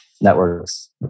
networks